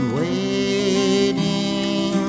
waiting